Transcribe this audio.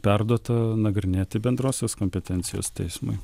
perduota nagrinėti bendrosios kompetencijos teismui